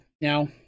Now